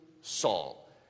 Saul